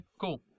cool